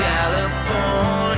California